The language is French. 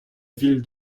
ville